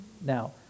Now